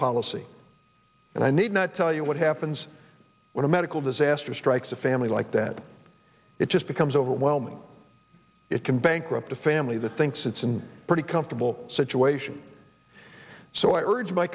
policy and i need not tell you what happens when a medical disaster strikes a family like that it just becomes overwhelming it can bankrupt a family that thinks it's in pretty comfortable situation so i urge my